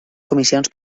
comissions